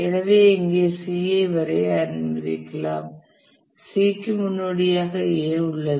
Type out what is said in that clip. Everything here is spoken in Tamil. எனவே இங்கே C ஐ வரைய அனுமதிக்கலாம் C க்கும் முன்னோடியாக A உள்ளது